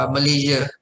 Malaysia